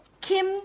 Kim